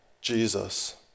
Jesus